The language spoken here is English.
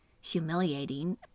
humiliating